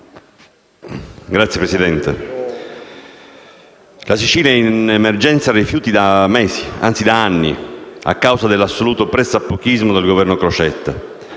Signor Presidente, la Sicilia versa in emergenza rifiuti da mesi, anzi anni, a causa dell’assoluto pressappochismo del governo Crocetta,